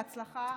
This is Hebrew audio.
בהצלחה.